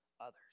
others